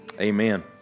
Amen